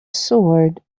sword